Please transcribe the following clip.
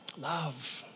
Love